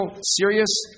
serious